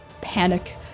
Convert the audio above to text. panic